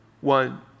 one